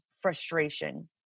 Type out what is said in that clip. frustration